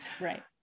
Right